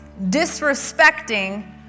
disrespecting